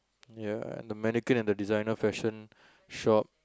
ya and the mannequin and the designer fashion shop